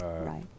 Right